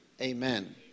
Amen